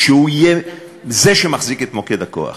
שהוא יהיה זה שמחזיק את מוקד הכוח.